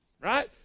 right